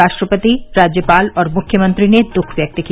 राष्ट्रपति राज्यपाल और मुख्यमंत्री ने दुःख व्यक्त किया